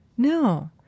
No